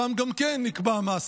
שם גם כן נקבע מס.